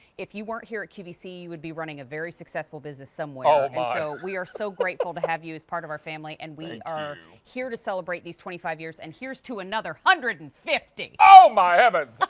if you weren't here at qvc, you would be running a very successful business somewhere. and so we are so grateful to have you as part of our family. and we are here to celebrate these twenty five years. and here's to another one hundred and fifty! oh, my heavens!